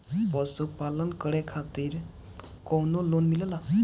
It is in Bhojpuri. पशु पालन करे खातिर काउनो लोन मिलेला?